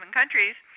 countries